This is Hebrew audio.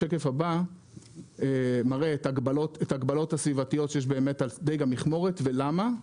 השקף הבא מראה את ההגבלות הסביבתיות שיש על דיג המכמורת ולמה.